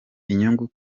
inyungu